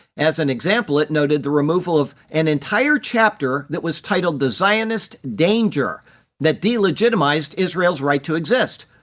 as an example, it noted the removal of an entire chapter that was titled the zionist danger that delegitimized israel's right to exist.